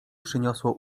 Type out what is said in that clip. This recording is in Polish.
przyniosło